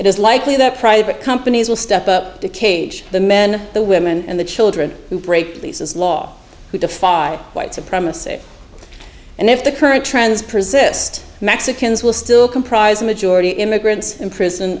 is likely that private companies will step up to cage the men the women and the children who break the law who defy white supremacy and if the current trends persist mexicans will still comprise the majority immigrants in prison